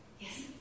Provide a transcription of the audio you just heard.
Yes